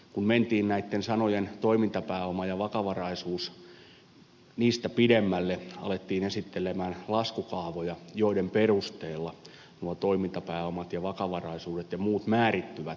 kun mentiin näistä sanoista toimintapääoma ja vakavaraisuus pidemmälle alettiin esitellä laskukaavoja joiden perusteella nuo toimintapääomat ja vakavaraisuudet ja muut määrittyvät